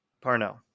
parnell